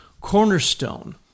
cornerstone